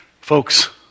Folks